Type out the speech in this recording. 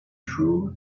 true